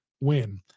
win